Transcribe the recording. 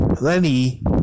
Lenny